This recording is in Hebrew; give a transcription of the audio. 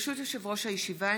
ברשות יושב-ראש הישיבה,